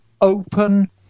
open